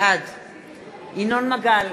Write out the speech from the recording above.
בעד ינון מגל,